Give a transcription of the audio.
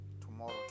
Tomorrow